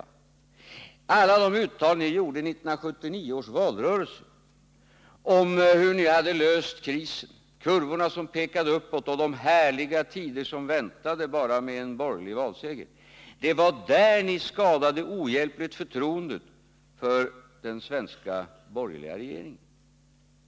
Vi kommer ihåg alla de uttalanden ni gjorde i 1979 års valrörelse om hur ni hade löst krisen, om kurvorna som pekade uppåt och om de härliga tider som väntade efter en borgerlig valseger. Det var där ni ohjälpligt skadade förtroendet för den svenska borgerliga regeringen,